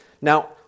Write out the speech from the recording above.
Now